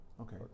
Okay